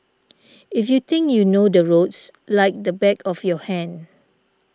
if you think you know the roads like the back of your hand